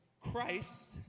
Christ